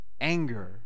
Anger